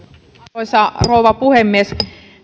arvoisa rouva puhemies